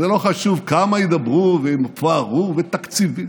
זה לא חשוב כמה ידברו ויפארו ותקציבים,